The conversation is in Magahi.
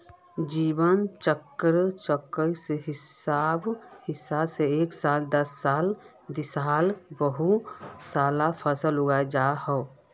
जीवन चक्रेर हिसाब से एक साला दिसाला बहु साला फसल उगाल जाहा